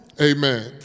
Amen